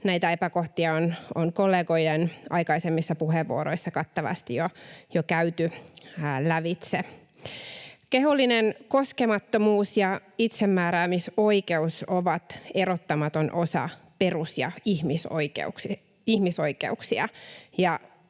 Näitä epäkohtia on kollegojen aikaisemmissa puheenvuoroissa kattavasti jo käyty lävitse. Kehollinen koskemattomuus ja itsemääräämisoikeus ovat erottamaton osa perus- ja ihmisoikeuksia,